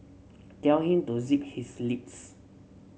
tell him to zip his lips